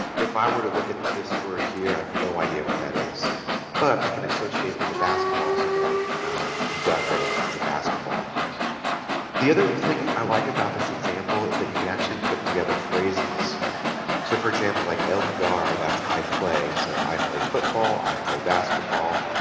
if i were to look at this word here i have no idea what that is but i can associate it with a basketball so i'm going to deduct that it's a basketball the other thing i i like about this example is that you can actually put together phrases so for example like el lugar that's i play so i play football i play basketball